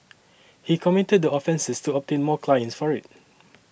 he committed the offences to obtain more clients for it